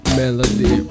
melody